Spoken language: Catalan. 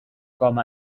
com